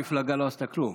המפלגה לא עשתה כלום.